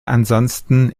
ansonsten